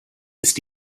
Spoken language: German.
ist